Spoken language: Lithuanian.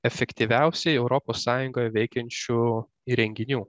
efektyviausiai europos sąjungoj veikiančių įrenginių